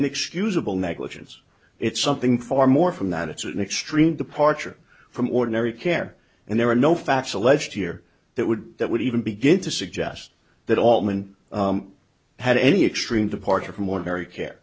inexcusable negligence it's something far more from that it's an extreme departure from ordinary care and there are no facts alleged here that would that would even begin to suggest that all women had any extreme departure from ordinary ca